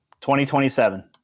2027